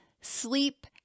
sleep